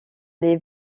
des